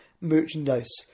merchandise